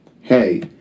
hey